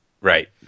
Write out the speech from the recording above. Right